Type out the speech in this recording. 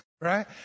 Right